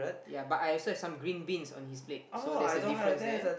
yea but I also have some green beans on his plate so there's a difference there